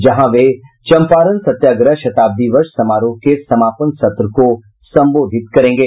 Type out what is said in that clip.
जहां वे चम्पारण सत्याग्रह शताब्दी वर्ष समारोह के समापन सत्र को संबोधित करेंगे